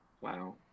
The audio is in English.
Wow